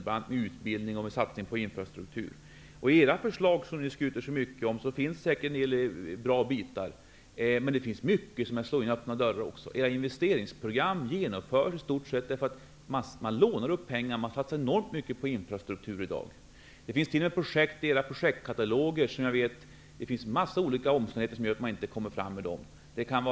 Bl.a. gäller det satsningar på utbildning och infrastruktur. I era förslag, som ni skryter så mycket över, finns det säkert en hel del som är bra. Men mycket kan liknas vid detta med att slå in öppna dörrar. Era investeringsprogram genomförs i stort sett genom upplåning. Det satsas enormt mycket på infrastrukturen. Det finns projekt i era kataloger som på grund av många olika omständigheter inte kommer framåt.